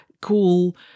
cool